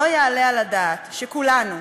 לא יעלה על הדעת שכולנו,